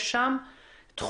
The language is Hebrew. יש שם תחומי